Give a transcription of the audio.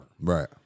Right